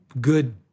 good